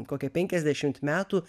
kokią penkiasdešimt metų